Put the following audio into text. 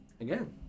Again